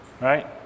right